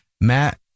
Matt